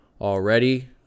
already